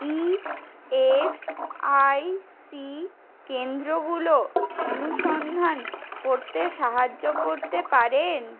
E S I C কেন্দ্রগুলো অনুসন্ধান করতে সাহায্য করতে পারেন